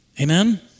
Amen